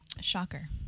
Shocker